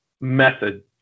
method